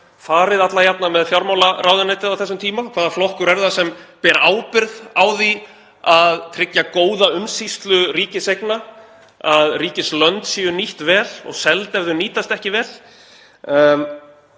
farið alla jafna með fjármálaráðuneytið á þessum tíma? Hvaða flokkur er það sem ber ábyrgð á því að tryggja góða umsýslu ríkiseigna, að ríkislönd séu nýtt vel og seld ef þau nýtast ekki vel